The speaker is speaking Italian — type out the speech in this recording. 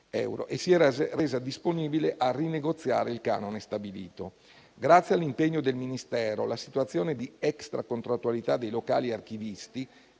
e si è resa disponibile a rinegoziare il canone stabilito. Grazie all'impegno del Ministero, la situazione di extracontrattualità dei locali archivisti